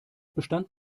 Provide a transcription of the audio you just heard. bestand